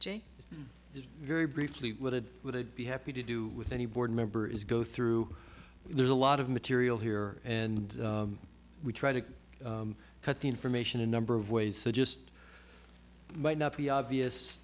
a very briefly what it would it be happy to do with any board member is go through there's a lot of material here and we try to cut the information a number of ways that just might not be obvious